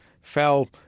fell